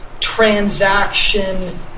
transaction